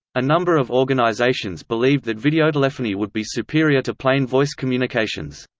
a number of organizations believed that videotelephony would be superior to plain voice communications.